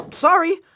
Sorry